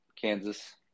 Kansas